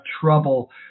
trouble